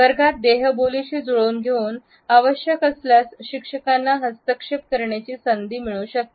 वर्गात देहबोलीशी जुळवून घेऊन आवश्यक असल्यास शिक्षकांना हस्तक्षेप करण्याची संधी मिळू शकते